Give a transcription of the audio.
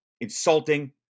insulting